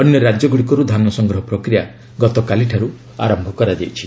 ଅନ୍ୟ ରାଜ୍ୟଗୁଡ଼ିକରୁ ଧାନ ସଂଗ୍ରହ ପ୍ରକ୍ରିୟା ଗତକାଲିଠାରୁ ଆରମ୍ଭ ହୋଇଛି